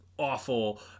Awful